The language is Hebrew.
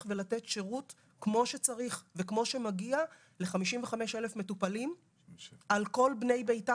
ולתת שירות כמו שצריך וכמו שמגיע ל-55,000 מטופלים על כל בני ביתם.